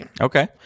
Okay